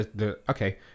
okay